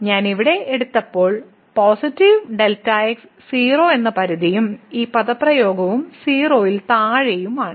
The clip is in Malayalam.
ഞാൻ ഇവിടെ എടുത്തപ്പോൾ പോസിറ്റീവ് Δx 0 എന്ന പരിധിയും ഈ പദപ്രയോഗവും 0 ൽ താഴെയുമാണ്